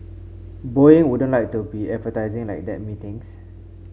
Boeing wouldn't like to be advertising like that methinks